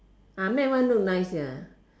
ah matte one look nice ya